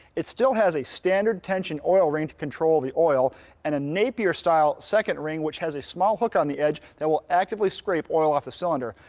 it still has a standard tension oil ring to control the oil and a napier style second ring, which has a small hook on the edge that will actively scrape oil off the cylinder.